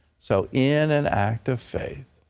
so in an act of faith,